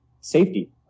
safety